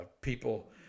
people